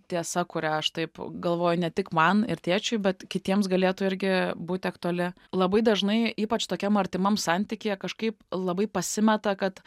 tiesa kurią aš taip galvoju ne tik man ir tėčiui bet kitiems galėtų irgi būti aktuali labai dažnai ypač tokiam artimam santykyje kažkaip labai pasimeta kad